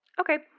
Okay